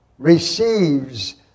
receives